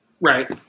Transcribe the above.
right